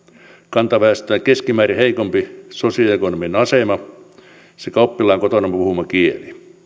kantaväestöä keskimäärin heikompi sosioekonominen asema sekä oppilaan kotona puhuma kieli